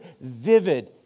vivid